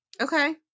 Okay